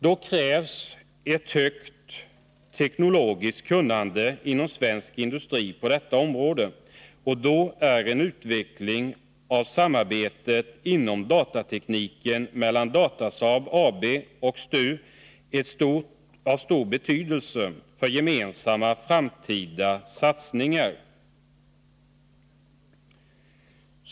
Då krävs ett högt teknologiskt kunnande inom svensk industri på detta område, och då är en utveckling av samarbetet inom datatekniken mellan Datasaab AB och STU av stor betydelse för gemensamma framtida satsningar.